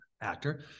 actor